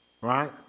right